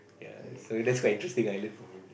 ya so that's quite interesting I learn from him